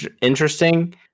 interesting